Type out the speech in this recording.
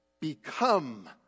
Become